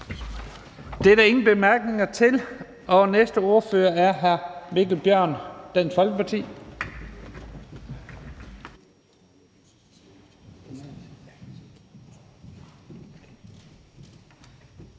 Det er der ingen korte bemærkninger til, og næste ordfører er hr. Mikkel Bjørn, Dansk Folkeparti.